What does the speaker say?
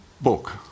book